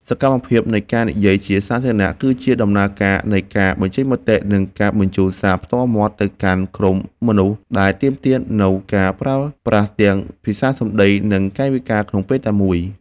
សកម្មភាពនៃការនិយាយជាសាធារណៈ គឺជាដំណើរការនៃការបញ្ចេញមតិ និងការបញ្ជូនសារផ្ទាល់មាត់ទៅកាន់ក្រុមមនុស្ស ដែលទាមទារនូវការប្រើប្រាស់ទាំងភាសាសម្ដី និងកាយវិការក្នុងពេលតែមួយ។